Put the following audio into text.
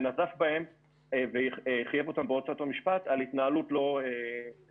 נזף בהם וחייב אותם בהוצאות המשפט על התנהלות לא נכונה.